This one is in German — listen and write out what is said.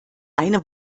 eine